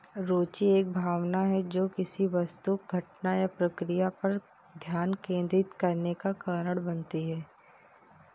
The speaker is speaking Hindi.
रूचि एक भावना है जो किसी वस्तु घटना या प्रक्रिया पर ध्यान केंद्रित करने का कारण बनती है